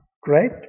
great